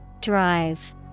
Drive